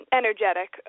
energetic